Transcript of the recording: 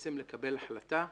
בעצם לקבל החלטה,